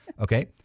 Okay